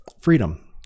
freedom